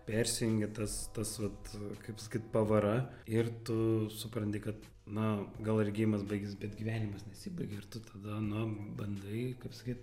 persijungia tas tas vat kaip sakyt pavara ir tu supranti kad na gal regėjimas baigės bet gyvenimas nesibaigė ir tu tada na bandai kaip sakyt